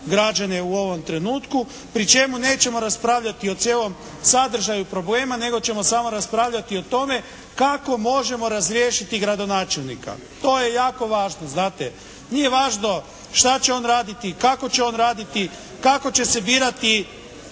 u ovom trenutku pri čemu nećemo raspravljati o cijelom sadržaju problema nego ćemo samo raspravljati o tome kako možemo razriješiti gradonačelnika. To je jako važno znate. Nije važno šta će on raditi, kako će on raditi, kako će se birati